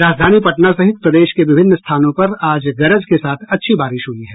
राजधानी पटना सहित प्रदेश के विभिन्न स्थानों पर आज गरज के साथ अच्छी बारिश हुई है